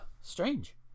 strange